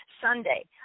Sunday